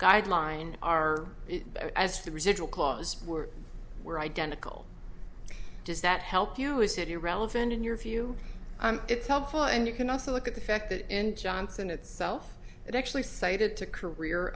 guideline are as the residual clause were were identical does that help you is it relevant in your view it's helpful and you can also look at the fact that in johnson itself it actually cited to career